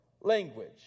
language